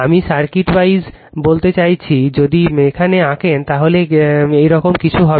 আমি circuit wise বলতে চাচ্ছি যদি এভাবে আঁকেন তাহলে এরকম কিছু হবে